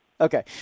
Okay